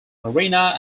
marina